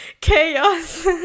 chaos